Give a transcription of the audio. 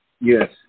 Yes